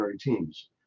teams